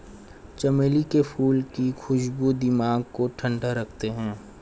चमेली के फूल की खुशबू दिमाग को ठंडा रखते हैं